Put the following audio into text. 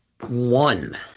one